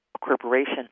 corporation